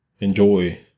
enjoy